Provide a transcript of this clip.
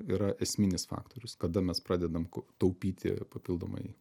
yra esminis faktorius kada mes pradedam taupyti papildomai